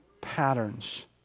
patterns